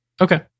okay